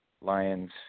Lions